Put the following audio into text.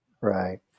Right